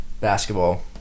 basketball